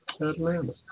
Atlanta